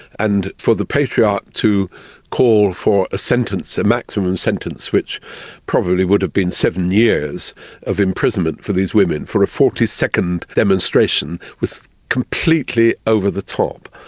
and for the patriarch to call for a sentence, a maximum sentence, which probably would have been seven years of imprisonment for these women, for a forty second demonstration, was completely over the top.